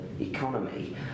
economy